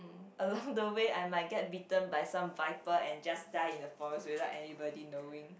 along the way I might get bitten by some viper and just die in the forest without anybody knowing